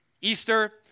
Easter